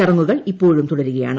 ചടങ്ങുകൾ ഇപ്പോഴും തുടരുകയാണ്